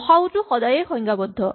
গ সা উ টো সদায়েই সংজ্ঞাবদ্ধ